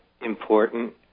important